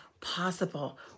possible